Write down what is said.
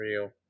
Real